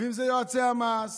ואם זה יועצי המס